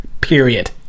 Period